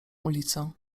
ulicę